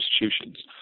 institutions